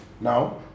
now